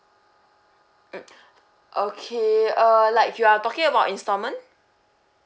mm okay err like you are talking about instalment